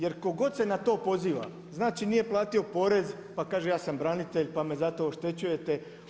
Jer tko god se na to poziva, znači nije platio porez, pa kaže ja sam branitelj pa me zato oštećujete.